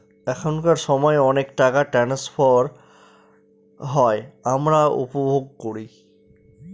এখনকার সময় অনেক টাকা ট্রান্সফার হয় আমরা উপভোগ করি